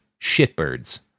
shitbirds